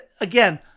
Again